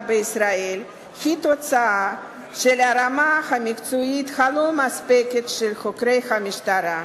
בישראל הוא תוצאה של הרמה המקצועית הלא-מספקת של חוקרי המשטרה.